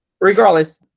regardless